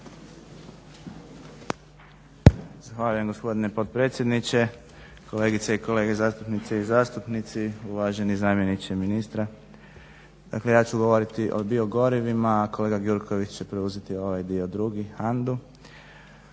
Zahvaljujem gospodine potpredsjedniče. Kolegice i kolege zastupnice i zastupnici, uvaženi zamjeniče ministra. Dakle ja ću govoriti o biogorivima, a kolega Gjurković će preuzeti ovaj drugi dio